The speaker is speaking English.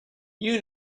you